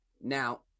Now